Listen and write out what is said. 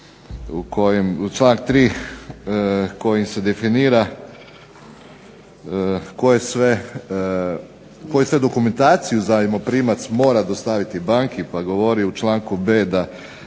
b) članak 3. kojim se definira koju sve dokumentaciju zajmoprimac mora dostaviti banki, pa govori u članku b) da